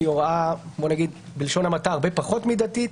שהיא הוראה בלשון המעטה הרבה פחות מידתית.